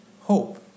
hope